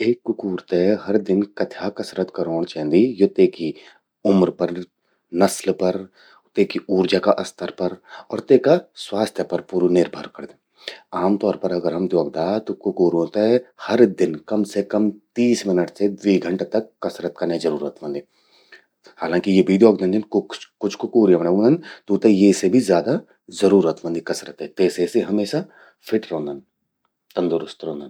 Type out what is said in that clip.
एक कुकूर ते एक दिन मां कथ्या कसरत करौंण चेंदि, यो तेकि उम्र पर, नस्ल पर, तेकि ऊर्जा का स्तर पर और तेका स्वास्थ्य पर पूरू निर्भर करद। आम तौर पर अगर हम द्योखदा त कुकूरों ते हर दिन कम से कम तीस मिनट से द्वी घंटा तक कसरत कने जरूरत व्हदि। हालांकि, यो भी द्योखन छिन, कुछ कुकूर यमण्ये भी ह्वंदन, तूंते ये से भी ज्यादा जरूरत व्हंदि कसरते, तेसे सि हमेशा फिट रौंदन, तंदुरुस्त रौंदन।